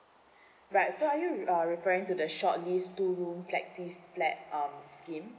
right so are you re~ uh referring to the short lease two room flexi flat um scheme